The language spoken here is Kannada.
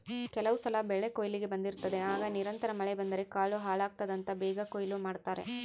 ಕೆಲವುಸಲ ಬೆಳೆಕೊಯ್ಲಿಗೆ ಬಂದಿರುತ್ತದೆ ಆಗ ನಿರಂತರ ಮಳೆ ಬಂದರೆ ಕಾಳು ಹಾಳಾಗ್ತದಂತ ಬೇಗ ಕೊಯ್ಲು ಮಾಡ್ತಾರೆ